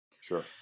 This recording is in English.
Sure